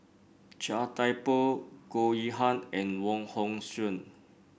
Chia Thye Poh Goh Yihan and Wong Hong Suen